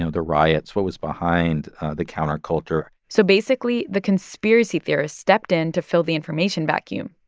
so the riots, what was behind the counterculture so basically the conspiracy theorists stepped in to fill the information vacuum.